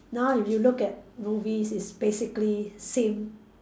now if you look at movies it's basically same